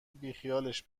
بیخیالش